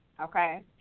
okay